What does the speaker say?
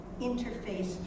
interface